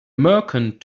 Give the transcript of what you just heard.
merchant